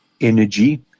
energy